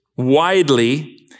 widely